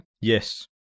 Yes